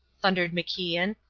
thundered macian.